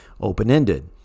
open-ended